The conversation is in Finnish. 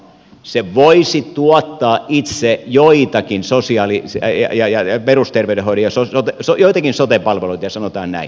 se voisi tuottaa itse joitakin sosiaali ja jäi ajan ja perusterveydenhoito jaso sai joitakin sote palveluita sanotaan näin